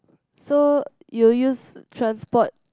so you will use transport